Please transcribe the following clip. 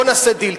בוא נעשה דיל,